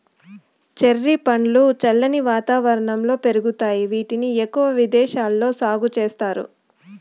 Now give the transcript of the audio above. cherry పండ్లు చల్లని వాతావరణంలో పెరుగుతాయి, వీటిని ఎక్కువగా విదేశాలలో సాగు చేస్తారు